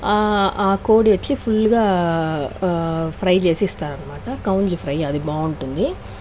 ఆ కోడి వచ్చి ఫుల్లుగా ఫ్రై చేసి ఇస్తారు అనమాట కౌన్జ్ ఫ్రై అది బాగుంటుంది